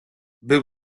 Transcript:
był